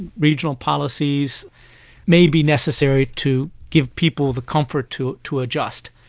regional policies may be necessary to give people the comfort to to adjust.